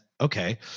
Okay